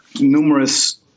numerous